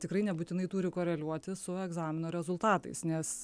tikrai nebūtinai turi koreliuoti su egzamino rezultatais nes